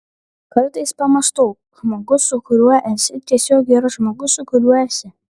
kartais pamąstau žmogus su kuriuo esi tiesiog yra žmogus su kuriuo esi